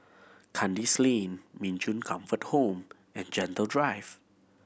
Kandis Lane Min Chong Comfort Home and Gentle Drive